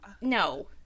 no